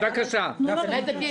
ואת הנזק אי-אפשר לתקן.